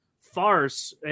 farce